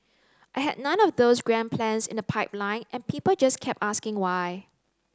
I had none of those grand plans in the pipeline and people just kept asking why